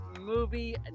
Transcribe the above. movie